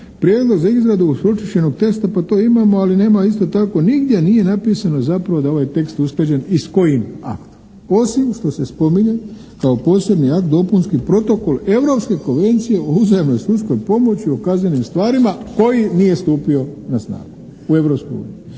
prijedlog za izradu pročišćenog teksta pa to imamo ali nema isto tako nigdje nije napisano zapravo da je ovaj tekst usklađen i s kojim aktom. Osim što se spominje kao posebni akt dopunski protokol Europske konvencije o uzajamnom sudskoj pomoći u kaznenim stvarima koji nije stupio na snagu u Europskoj uniji.